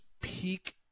peak